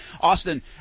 Austin